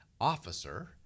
officer